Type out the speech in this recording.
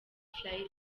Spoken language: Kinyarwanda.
friday